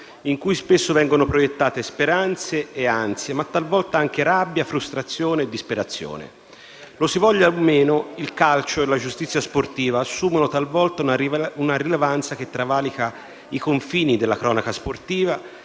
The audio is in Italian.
in cui spesso vengono proiettate speranze e ansie e talvolta anche rabbia, frustrazione e disperazione. Lo si voglia o no, il calcio e la giustizia sportiva assumono talvolta una rilevanza che travalica i confini della cronaca sportiva